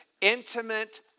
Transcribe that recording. intimate